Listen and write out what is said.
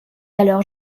alors